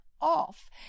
off